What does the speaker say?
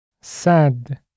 Sad